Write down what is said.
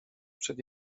przed